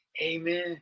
Amen